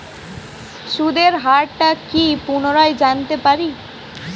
সুদের হার টা কি পুনরায় জানতে পারি?